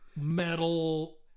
metal